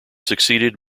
succeeded